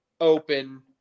open